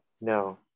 No